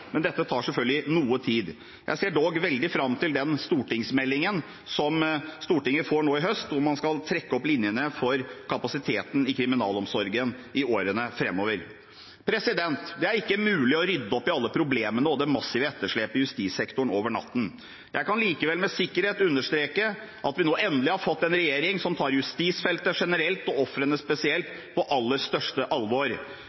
men dette tar selvfølgelig noe tid. Jeg ser dog veldig fram til den stortingsmeldingen som Stortinget får nå i høst, hvor man skal trekke opp linjene for kapasiteten i kriminalomsorgen i årene framover. Det er ikke mulig å rydde opp i alle problemene og det massive etterslepet i justissektoren over natten. Jeg kan likevel med sikkerhet understreke at vi nå endelig har fått en regjering som tar justisfeltet generelt og ofrene